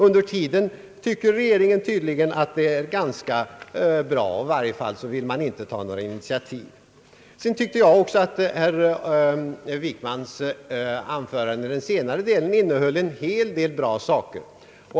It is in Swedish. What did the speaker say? Under tiden tycker regeringen tydligen att det är ganska bra. I varje fall vill regeringen inte ta några initiativ. Vidare tycker jag att statsrådet Wickmans anförande i den senare delen innehöll en hel del bra saker. BI.